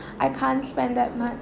I can't spend that mu~